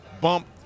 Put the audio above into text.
bump